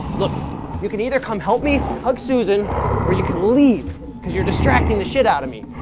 you can either come help me hug susan or you can leave cause you're distracting the shit out of me.